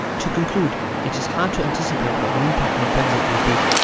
to conclude, it is hard to anticipate what the impact of brexit will be.